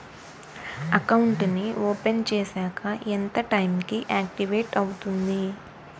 Account నీ open చేశాక ఎంత టైం కి ఆక్టివేట్ అవుతుంది?